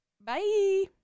Bye